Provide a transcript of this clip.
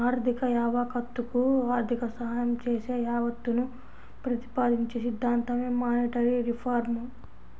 ఆర్థిక యావత్తకు ఆర్థిక సాయం చేసే యావత్తును ప్రతిపాదించే సిద్ధాంతమే మానిటరీ రిఫార్మ్